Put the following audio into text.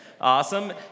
awesome